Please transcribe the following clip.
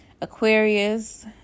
Aquarius